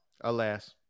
alas